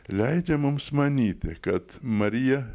leidžia mums manyti kad marija